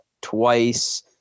twice